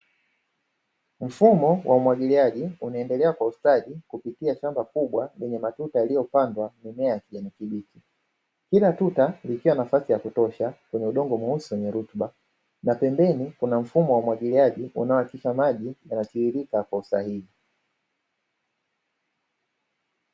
Mfumo wa umwagiliaji unaendelea kwa ustadi kupitia shamba kubwa lenye matuta yaliyopandwa mimea ya kijani kibichi, kila tuta likiwa nafasi ya kutosha kwenye udongo mweusi wenye rutuba. Na pembeni kuna mifumo ya umwagiliaji inayohakikisha maji yanatiririka kwa usahihi.